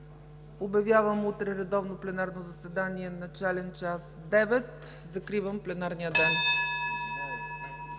обявявам утре редовно пленарно заседание с начален час – 9,00 ч., закривам пленарния ден.